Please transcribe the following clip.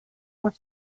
was